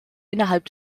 innerhalb